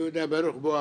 יהודה, ברוך בואך.